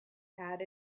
had